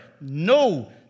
no